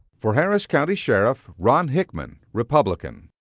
for harris county sheriff, ron hickman, republican.